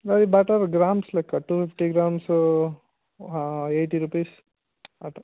అది butter grams లెక్క two fifty grams eighty rupees okay